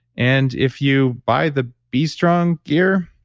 and if you buy the b strong gear,